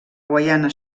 guaiana